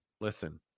listen